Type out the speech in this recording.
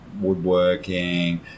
woodworking